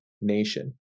nation